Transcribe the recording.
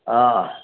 ಆಂ